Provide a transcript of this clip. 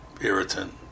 irritant